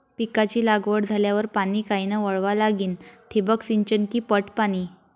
पिकाची लागवड झाल्यावर पाणी कायनं वळवा लागीन? ठिबक सिंचन की पट पाणी?